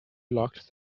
locked